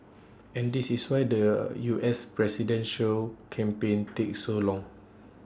and this is why the U S presidential campaign takes so long